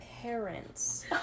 parents